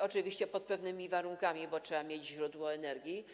oczywiście pod pewnymi warunkami, bo trzeba mieć źródło energii.